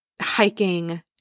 hiking